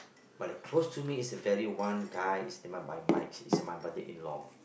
but the close to me is very one guy is my is my brother in law